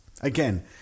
Again